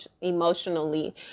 emotionally